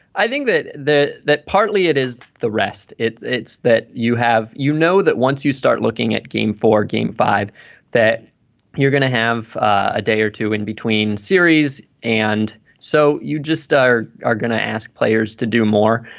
i think that that partly it is the rest it's it's that you have you know that once you start looking at game four game five that you're gonna have a day or two in between series. and so you just are are going to ask players to do more.